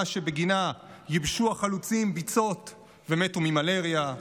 שבגינה ייבשו החלוצים ביצות ומתו ממלריה,